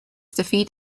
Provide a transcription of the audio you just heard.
defeat